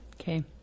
Okay